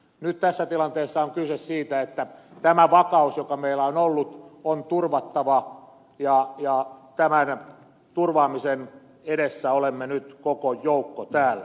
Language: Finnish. nyt tässä tilanteessa on kyse siitä että tämä vakaus joka meillä on ollut on turvattava ja tämän turvaamisen edessä olemme nyt koko joukko täällä